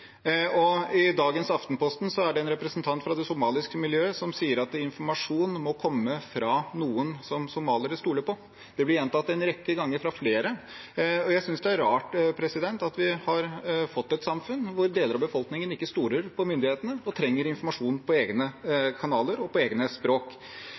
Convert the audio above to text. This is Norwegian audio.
I dagens Aftenpost er det en representant fra det somaliske miljøet som sier at informasjon må komme fra noen som somaliere stoler på. Det blir gjentatt en rekke ganger av flere. Jeg synes det er rart at vi har fått et samfunn hvor deler av befolkningen ikke stoler på myndighetene og trenger informasjon på egne